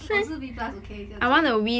我也是 B plus okay 小姐